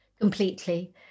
Completely